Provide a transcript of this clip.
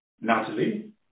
Natalie